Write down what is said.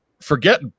Forget